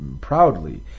proudly